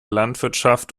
landwirtschaft